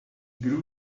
grew